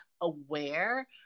aware